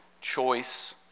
choice